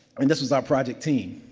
and this was our project team.